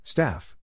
Staff